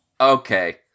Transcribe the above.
Okay